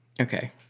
Okay